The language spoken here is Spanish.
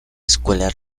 escuela